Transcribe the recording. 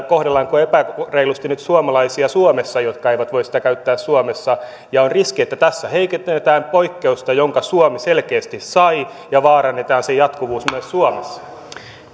kohdellaanko suomessa nyt epäreilusti suomalaisia jotka eivät voi sitä käyttää suomessa on riski että tässä heikennetään poikkeusta jonka suomi selkeästi sai ja vaarannetaan sen jatkuvuus myös suomessa